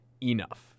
Enough